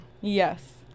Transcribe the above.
yes